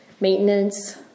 maintenance